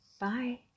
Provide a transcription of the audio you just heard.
bye